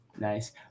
Nice